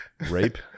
rape